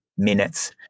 minutes